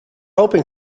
hoping